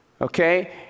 okay